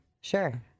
Sure